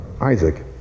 isaac